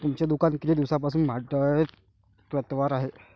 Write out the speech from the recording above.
तुमचे दुकान किती दिवसांपासून भाडेतत्त्वावर आहे?